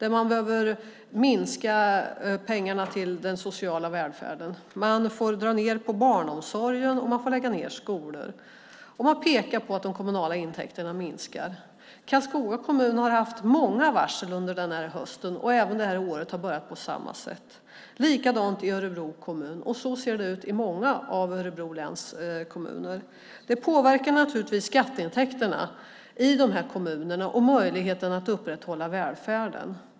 Man behöver minska pengarna till den sociala välfärden. Man får dra ned på barnomsorgen, man får lägga ned skolor, och man pekar på att de kommunala intäkterna minskar. Karlskoga kommun har haft många varsel under den här hösten, och det här året har börjat på samma sätt. Likadant är det i Örebro kommun. Så ser det ut i många av Örebro läns kommuner. Det påverkar naturligtvis skatteintäkterna i de kommunerna och möjligheten att upprätthålla välfärden.